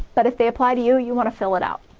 but if they apply to you, you wanna fill it out.